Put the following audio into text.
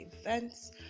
events